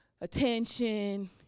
attention